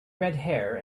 redhair